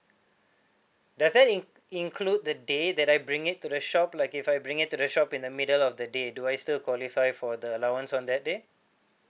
does that in~ include the day that I bring it to the shop like if I bring it to the shop in the middle of the day do I still qualify for the allowance on that day